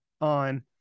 on